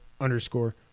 underscore